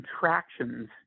contractions